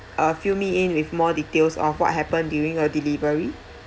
uh fill me in with more details of what happened during your delivery